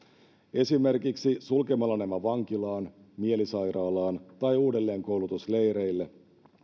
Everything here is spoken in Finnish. esimerkiksi sulkemalla nämä vankilaan mielisairaalaan tai uudelleenkoulutusleireille